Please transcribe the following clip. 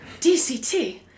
DCT